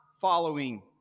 following